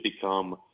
become